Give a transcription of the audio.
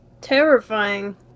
terrifying